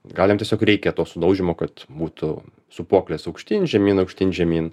gal jam tiesiog reikia to sudaužymo kad būtų sūpuoklės aukštyn žemyn aukštyn žemyn